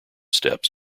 steps